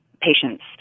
patients